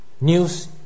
news